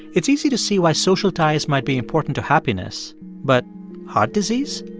it's easy to see why social ties might be important to happiness but heart disease?